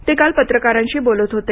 ते काल पत्रकारांशी बोलत होते